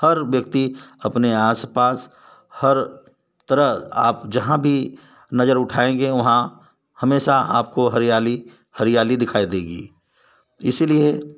हर व्यक्ति अपने आस पास हर तरह आप जहाँ भी नज़र उठाएँगे वहाँ हमेशा आपको हरियाली हरियाली दिखाई देगी इसीलिए